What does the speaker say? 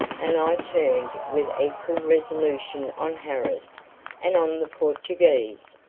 and i turned with equal resolution on harris and on the portuguese.